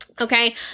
Okay